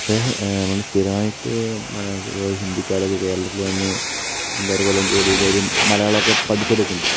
പക്ഷെ നമ്മള് സ്ഥിരവായിട്ട് മലയാ ഹിന്ദിക്കാരൊക്കെ കേരളത്തിൽ വന്ന് അഞ്ചാറ് കൊല്ലം ജോലി ചെയ്തവരും മലയാളമൊക്കെ പഠിച്ചെടുക്കുന്നുണ്ട്